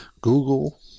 Google